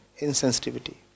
insensitivity